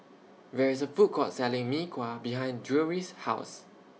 There IS A Food Court Selling Mee Kuah behind Drury's House